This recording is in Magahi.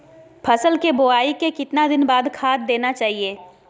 फसल के बोआई के कितना दिन बाद खाद देना चाइए?